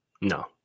no